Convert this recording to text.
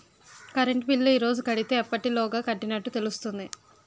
Current bill ఈ రోజు కడితే ఎప్పటిలోగా కట్టినట్టు తెలుస్తుంది?